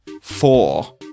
four